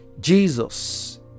Jesus